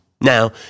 Now